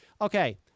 Okay